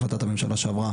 החלטת הממשלה שעברה